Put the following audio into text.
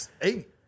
eight